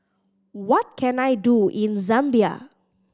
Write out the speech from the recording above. what can I do in Zambia